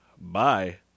Bye